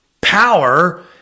power